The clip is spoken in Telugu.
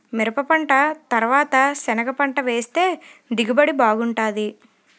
మిరపపంట తరవాత సెనగపంట వేస్తె దిగుబడి బాగుంటాది